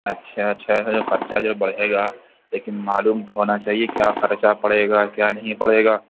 اچھا اچھا ہے خرچہ جو بڑھے گا لیکن معلوم تو ہونا چاہیے کیا خرچہ پڑے گا کیا نہیں پڑے گا